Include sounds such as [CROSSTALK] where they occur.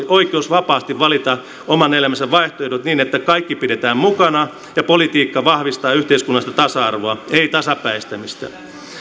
[UNINTELLIGIBLE] oikeus vapaasti valita oman elämänsä vaihtoehdot niin että kaikki pidetään mukana ja politiikka vahvistaa yhteiskunnallista tasa arvoa ei tasapäistämistä